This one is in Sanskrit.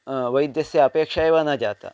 वैद्यस्य अपेक्षा एव न जाता